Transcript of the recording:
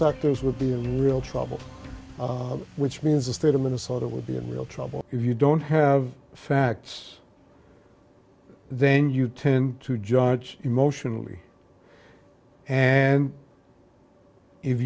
sectors would be a real trouble which means the state of minnesota will be in real trouble if you don't have facts then you tend to judge emotionally and if